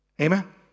Amen